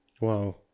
wow